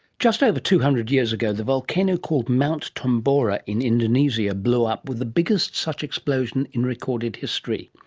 just over two hundred years ago the volcano called mount tambora in indonesia blew up with the biggest such explosion in recorded history.